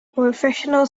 professional